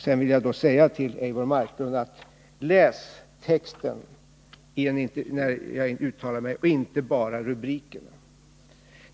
Sedan vill jag säga till Eivor Marklund: Läs texten när jag uttalar mig och inte bara rubrikerna!